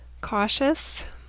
cautious